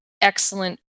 excellent